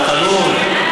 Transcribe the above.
אל-קאנון.